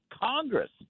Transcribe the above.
Congress